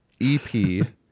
EP